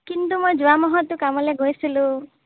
কিন্তু মই যোৱা মাহততো কামলৈ গৈছিলোঁ